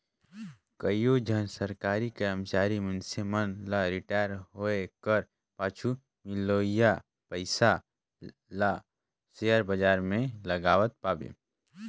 कइयो झन सरकारी करमचारी मइनसे मन ल रिटायर होए कर पाछू मिलोइया पइसा ल सेयर बजार में लगावत पाबे